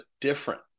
different